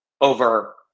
over